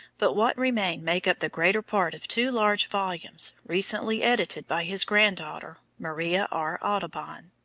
but what remain make up the greater part of two large volumes recently edited by his grand-daughter, maria r. audubon.